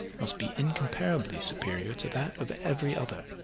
must be incomparably superior to that of every other.